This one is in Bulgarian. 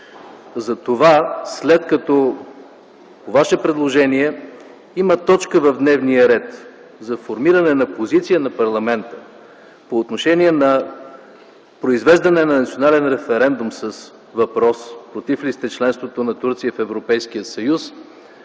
съюз. След като по ваше предложение има точка в дневния ред за формиране на позиция на парламента по отношение на произвеждане на национален референдум с въпрос: против ли сте членството на Турция в Европейския съюз?